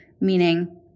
Meaning